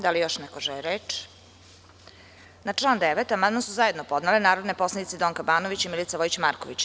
Da li još neko želi reč? (Ne.) Na član 9. amandman su zajedno podnele narodni poslanici Donka Banović i Milica Vojić Marković.